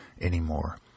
anymore